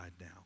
now